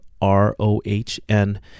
R-O-H-N